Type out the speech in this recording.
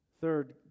Third